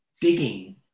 digging